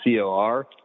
COR